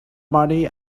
money